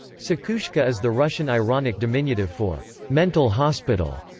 psikhushka is the russian ironic diminutive for mental hospital.